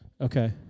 Okay